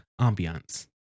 ambiance